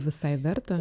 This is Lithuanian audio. visai verta